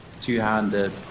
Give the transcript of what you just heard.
two-handed